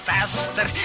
Faster